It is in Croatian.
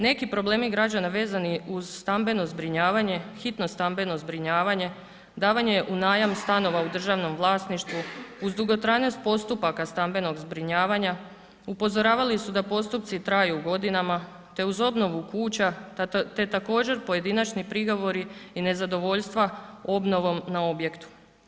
Neki problemi građana vezani uz stambeno zbrinjavanje, hitno stambeno zbrinjavanje, davanje u najam stanova u državnom vlasništvu, uz dugotrajnost postupaka stambenog zbrinjavanja, upozoravali su da postupci traju godinama te uz obnovu kuća te također pojedinačni prigovori i nezadovoljstva obnovom na objektu.